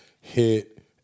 hit